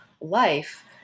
life